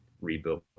rebuild